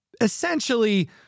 essentially